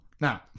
now